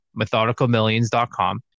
methodicalmillions.com